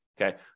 okay